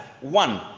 one